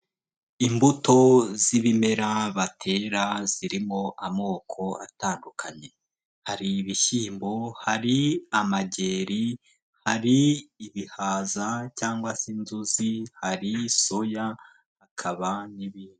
Imbuto z'ibimera baterera zirimo amoko atandukanye; hari ibishyimbo, hari amageri, hari ibihaza cyangwa se inzuzi, hari soya hakaba n'ibindi.